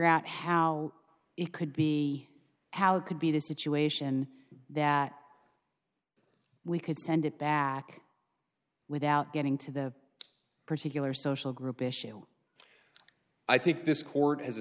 out how it could be how it could be to situation that we could send it back without getting to the particular social group issue i think this court has